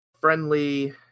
friendly